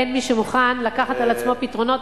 אין מי שמוכן לקחת על עצמו פתרונות,